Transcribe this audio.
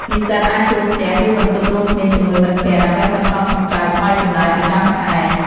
និស្សិតអាចជួលផ្ទះ ឬបន្ទប់រួមគ្នាជាមួយមិត្តភក្តិ ដើម្បីសន្សំសំចៃថ្លៃចំណាយប្រចាំខែ។